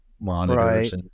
monitors